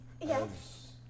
Yes